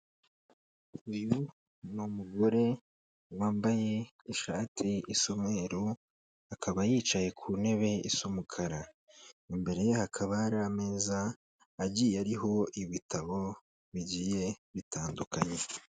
Uyu ni umugore wambaye ishati isa umweru akaba yicaye ku ntebe y'umukara, imbere ye hakaba hari ameza agiye ariho ibitabo bigiye bitandukanye.